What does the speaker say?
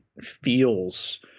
feels